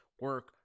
Work